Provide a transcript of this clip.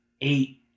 eight